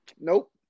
Nope